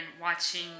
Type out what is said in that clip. watching